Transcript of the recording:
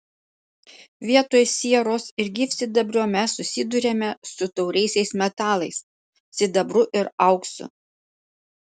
vietoj sieros ir gyvsidabrio mes susiduriame su tauriaisiais metalais sidabru ir auksu